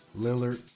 Lillard